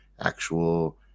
actual